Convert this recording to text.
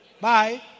Bye